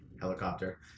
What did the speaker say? Helicopter